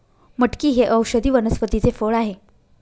मटकी हे औषधी वनस्पतीचे फळ आहे